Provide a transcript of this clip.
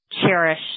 cherish